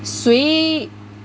谁